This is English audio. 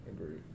Agreed